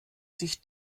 sich